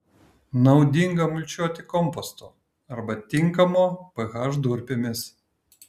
naudinga mulčiuoti kompostu arba tinkamo ph durpėmis